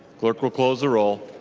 clerk will close the roll.